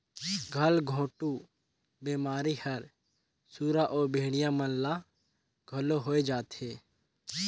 गलघोंटू बेमारी हर सुरा अउ भेड़िया मन ल घलो होय जाथे